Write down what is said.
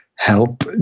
Help